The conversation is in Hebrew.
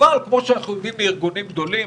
אבל כמו שאנחנו יודעים מארגונים גדולים,